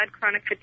chronic